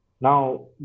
now